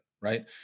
right